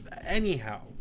Anyhow